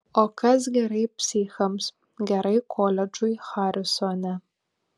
o kas gerai psichams gerai koledžui harisone